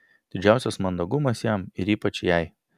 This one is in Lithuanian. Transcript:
didžiausias mandagumas jam ir ypač jai